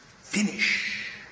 Finish